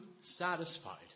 satisfied